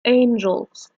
angels